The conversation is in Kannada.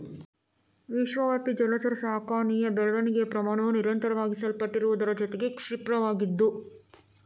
ವಿಶ್ವವ್ಯಾಪಿ ಜಲಚರ ಸಾಕಣೆಯ ಬೆಳವಣಿಗೆಯ ಪ್ರಮಾಣವು ನಿರಂತರವಾಗಿ ಸಲ್ಪಟ್ಟಿರುವುದರ ಜೊತೆಗೆ ಕ್ಷಿಪ್ರವಾಗಿದ್ದು